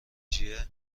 جیه